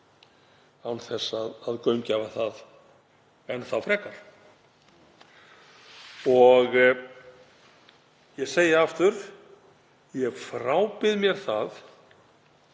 án þess að gaumgæfa það enn þá frekar. Ég segir aftur: Ég frábið mér það